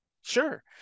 Sure